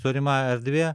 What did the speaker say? tolima erdvė